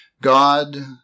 God